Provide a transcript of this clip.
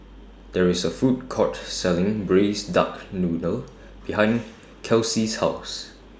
There IS A Food Court Selling Braised Duck Noodle behind Kelcie's House